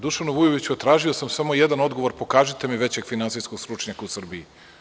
Dušanu Vujoviću tražio sam samo jedan odgovor, pokažite mi većeg finansijskog stručnjaka u Srbiji.